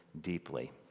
deeply